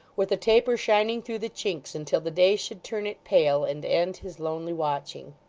with the taper shining through the chinks until the day should turn it pale and end his lonely watching.